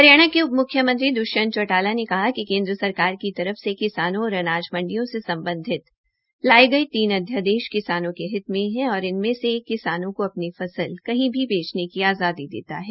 हरियाणा के उप म्ख्यमंत्री द्ष्यंत चौटाला ने कहा है कि केन्द्र सरकार की तर फ से किसानों और अनाज मंडियों से सम्बधित लाये गये तीन अध्यादेश किसानों के हित में है और इनमे से एक किसानों का अपनी फसल कहीं भी बेचने की आज़ादी देता है